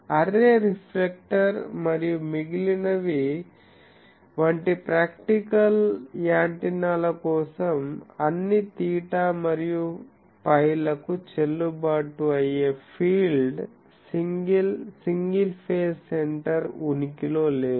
array reflector మరియు మిగిలినవి వంటి ప్రాక్టికల్ యాంటెన్నాల కోసం అన్ని తీటా మరియు π లకు చెల్లుబాటు అయ్యే field single single phase centre ఉనికిలో లేదు